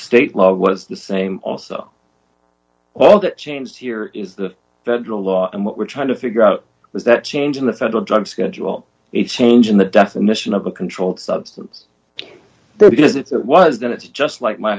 state law was the same also all that change here is the federal law and what we're trying to figure out is that change in the federal drug schedule it's changing the definition of a controlled substance there because it was going to just like my